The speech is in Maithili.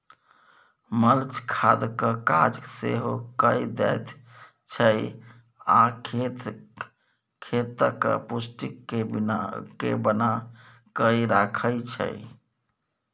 मल्च खादक काज सेहो कए दैत छै आ खेतक पौष्टिक केँ बना कय राखय छै